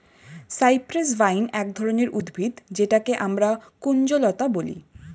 cypress vine এক ধরনের উদ্ভিদ যেটাকে আমরা কুঞ্জলতা বলি